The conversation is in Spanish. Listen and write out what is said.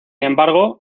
embargo